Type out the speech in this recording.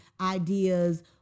ideas